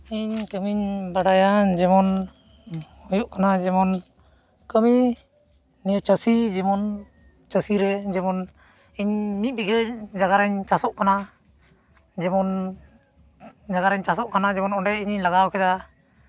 ᱤᱧ ᱠᱟᱹᱢᱤᱧ ᱵᱟᱰᱟᱭᱟ ᱡᱮᱢᱚᱱ ᱦᱩᱭᱩᱜ ᱠᱟᱱᱟ ᱡᱮᱢᱚᱱ ᱠᱟᱹᱢᱤ ᱱᱤᱭᱟᱹ ᱪᱟᱹᱥᱤ ᱡᱤᱵᱚᱱ ᱪᱟᱹᱥᱤᱨᱮ ᱡᱮᱢᱚᱱ ᱤᱧ ᱢᱤᱫ ᱵᱤᱜᱷᱟᱹ ᱡᱟᱭᱜᱟ ᱨᱮᱧ ᱪᱟᱥᱼᱵᱟᱥᱚᱜ ᱠᱟᱱᱟ ᱡᱮᱢᱚᱱ ᱡᱟᱭᱜᱟ ᱨᱮᱧ ᱪᱟᱥᱚᱜ ᱠᱟᱱᱟ ᱡᱮᱢᱚᱱ ᱚᱸᱰᱮ ᱤᱧᱤᱧ ᱞᱟᱜᱟᱣ ᱠᱮᱫᱟ